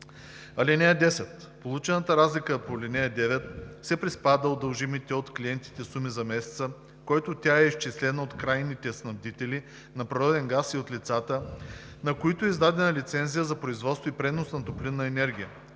ал. 6. (10) Получената разлика по ал. 9 се приспада от дължимите от клиентите суми за месеца, в който тя е изчислена от крайните снабдители на природен газ и от лицата, на които е издадена лицензия за производство и пренос на топлинна енергия.